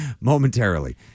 momentarily